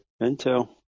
intel